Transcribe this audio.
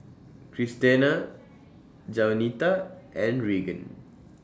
Christena Jaunita and Regan